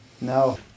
No